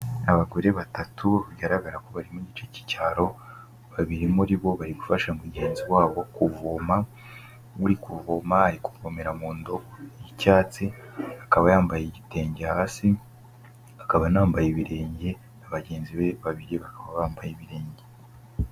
Abagore batatu bigaragara ko bari mu gice cy'icyaro, babiri muri bo bari gufasha mugenzi wabo kuvoma. Uri kuvoma ari kuvomera mu ndobo y'icyatsi, akaba yambaye igitenge hasi akaba anambaye ibirenge na bagenzi be babiri bakaba bambaye ibirenge.